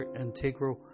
integral